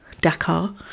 Dakar